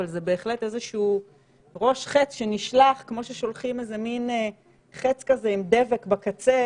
וזה בהחלט איזשהו ראש חץ שנשלח כמו ששולחים איזה מין חץ כזה עם דבק בקצה